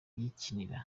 yikinira